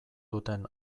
duten